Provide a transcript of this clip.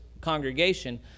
congregation